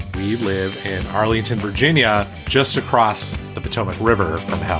we live in arlington, virginia, just across the potomac river from hell